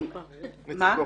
נציגו.